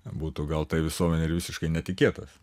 būtų gal tai visuomenei ir visiškai netikėtas